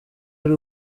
ari